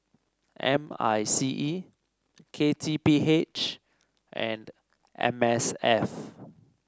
M I C E K T P H and M S F